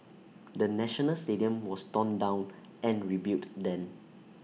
the national stadium was torn down and rebuilt then